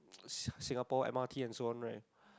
s~ Singapore m_r_t and so on right